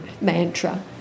mantra